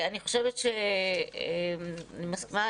אני מסכימה